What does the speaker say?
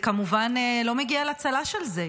כמובן שלא מגיע לה צל"ש על זה,